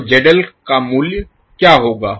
तो ZL का मूल्य क्या होगा